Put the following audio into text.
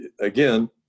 again